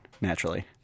Naturally